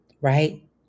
Right